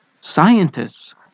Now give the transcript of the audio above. Scientists